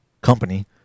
company